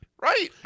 Right